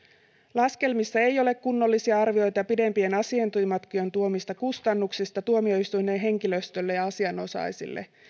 laskelmissa ei ole kunnollisia arvioita pidempien asiointimatkojen tuomista kustannuksista tuomioistuinten henkilöstölle ja asianosaisille henkilöstö ja